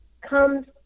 Comes